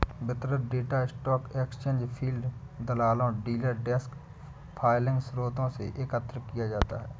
वितरित data stock exchange feed, दलालों, dealer desk filing स्रोतों से एकत्र किया जाता है